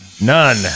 None